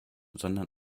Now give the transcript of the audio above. sondern